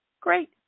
great